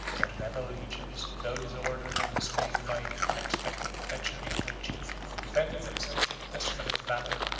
the rebel legions, though disordered and dismayed by the unexpected treachery of their chief, defended themselves with desperate valor,